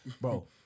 bro